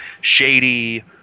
shady